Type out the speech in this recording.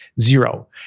zero